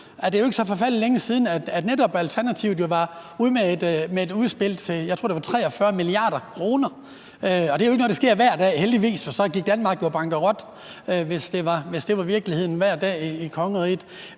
at det jo ikke er så forfærdelig længe siden, at netop Alternativet var ude med et udspil til 43 mia. kr., tror jeg. Det er jo ikke noget, der sker hver dag – heldigvis, for så gik Danmark bankerot, hvis det var virkeligheden hver dag i kongeriget.